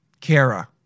Kara